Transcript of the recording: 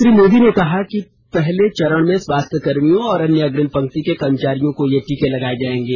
श्री मोदी ने कहा है कि पहले चरण में स्वास्थ्यकर्मियों और अन्य अग्रिम पंक्ति के कर्मचारियों को ये टीके लगाए जाएंगे